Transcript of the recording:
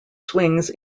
swings